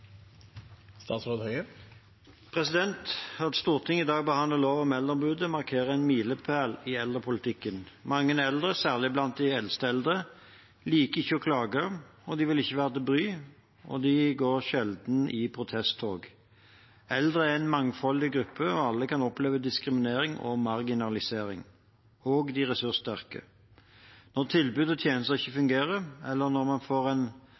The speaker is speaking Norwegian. At Stortinget i dag behandler lov om Eldreombudet, markerer en milepæl i eldrepolitikken. Mange eldre, særlig blant de eldste eldre, liker ikke å klage, de vil ikke være til bry, og de går sjelden i protesttog. Eldre er en mangfoldig gruppe, og alle kan oppleve diskriminering og marginalisering, også de ressurssterke. Når tilbud og tjenester ikke fungerer, eller når man får en